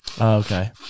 Okay